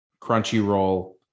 Crunchyroll